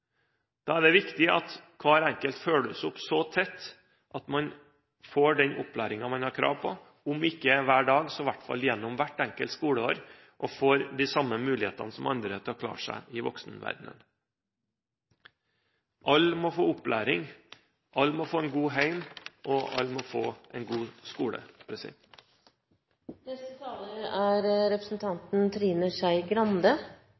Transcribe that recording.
Da er det viktig at hver enkelt følges opp så tett at man får den opplæringen man har krav på – om ikke hver dag, så i hvert fall gjennom hvert enkelt skoleår – og får de samme mulighetene som andre til å klare seg i voksenverdenen. Alle må få opplæring, alle må få et godt hjem, og alle må få en god skole.